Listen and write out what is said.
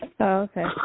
Okay